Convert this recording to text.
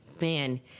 man